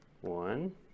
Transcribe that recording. one